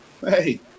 hey